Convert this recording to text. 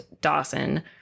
Dawson